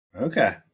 Okay